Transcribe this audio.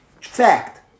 Fact